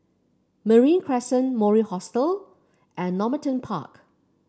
Marine Crescent Mori Hostel and Normanton Park